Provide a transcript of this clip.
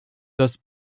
das